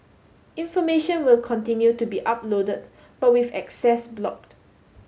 information will continue to be uploaded but with access blocked